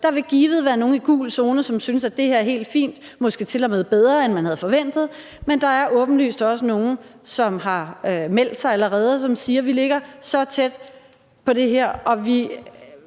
Der vil givet være nogle i gul zone, som synes, at det her er helt fint – måske tilmed bedre, end man havde forventet – men der er åbenlyst også nogle, som har meldt sig allerede, der siger: Vi ligger så tæt på det her, og det